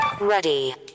Ready